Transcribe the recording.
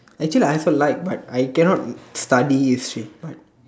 actually I also like but I cannot study you see but